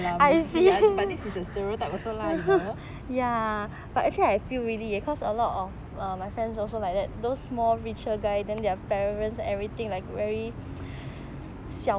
ya lah mostly but this is a stereotype also lah you know